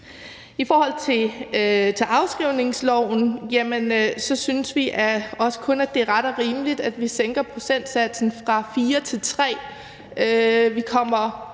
I forhold til afskrivningsloven synes vi, at det også kun er ret og rimeligt, at vi sænker procentsatsen fra 4 til 3.